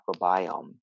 microbiome